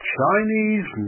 Chinese